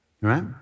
right